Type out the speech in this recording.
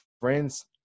friends